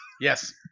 Yes